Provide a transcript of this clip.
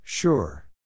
Sure